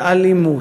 ואלימות,